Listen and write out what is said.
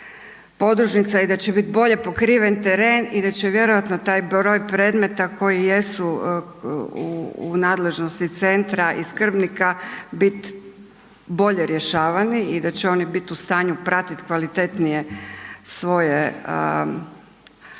i da će bit bolje pokriven teren i da će vjerojatno taj broj predmeta koji jesu u nadležnosti centra i skrbnika bit bolje rješavani i da će oni biti u stanju pratiti kvalitetnije svoje, svoje